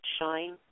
shine